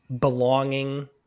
belonging